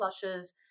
flushes